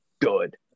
good